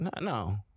No